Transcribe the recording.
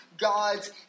God's